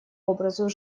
образу